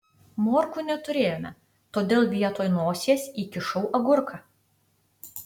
morkų neturėjome todėl vietoj nosies įkišau agurką